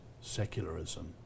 secularism